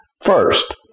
First